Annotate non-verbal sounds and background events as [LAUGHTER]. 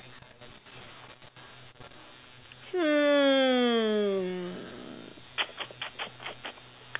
hmm [NOISE]